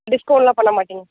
டிஸ்கவுண்டெலாம் பண்ண மாட்டீங்க